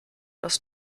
dass